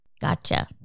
gotcha